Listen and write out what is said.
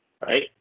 right